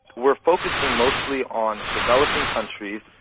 we are focusing mostly on developing countries,